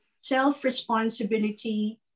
Self-responsibility